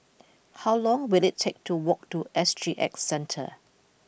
how long will it take to walk to S G X Centre